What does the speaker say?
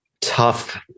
tough